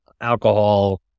alcohol